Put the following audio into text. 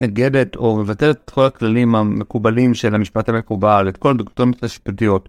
אתגדת או מבטלת את כל הכללים המקובלים של המשפט המקובל, את כל דוקטרינות השפטיות.